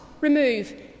remove